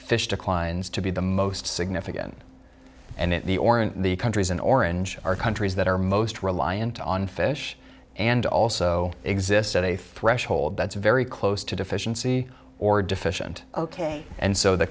fish declines to be the most significant and in the or in the countries in orange are countries that are most reliant on fish and also exist at a threshold that's very close to deficiency or deficient ok and so the